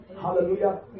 hallelujah